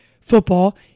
football